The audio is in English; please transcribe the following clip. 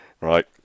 Right